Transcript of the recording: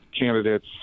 candidates